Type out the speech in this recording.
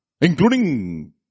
including